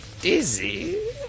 dizzy